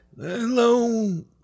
Hello